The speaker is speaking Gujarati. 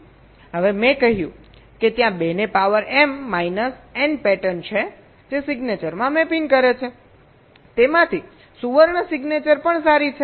હવે મેં કહ્યું કે ત્યાં 2 ને power M minus N pattern છે જે સિગ્નેચરમાં મેપિંગ કરે છે તેમાંથી સોનેરી સિગ્નેચર પણ સારી છે